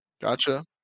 Gotcha